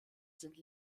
sind